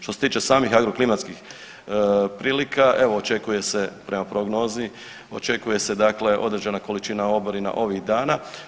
Što se tiče samih agroklimatskih prilika evo očekuje se prema prognozi očekuje se dakle određena količina oborina ovih dana.